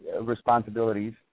responsibilities